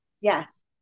Yes